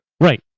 right